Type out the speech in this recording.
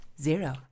Zero